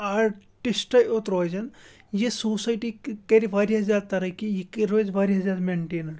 آٹِسٹَے یوت روزن یہِ سوسایٹی کَرِ واریاہ زیادٕ تَرقی یہِ روزِ واریاہ زیادٕ مٮ۪نٹینٕڈ